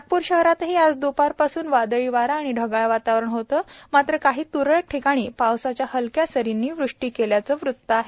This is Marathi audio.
नागप्र शहरात दुपारपासून वादळी वारा आणि ढगाळ वातावरण होतं मात्र काही तुरळक ठिकाणी पावसाच्या हलक्या सरींनी वृष्टी केल्याचं वृत्त आहे